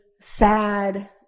sad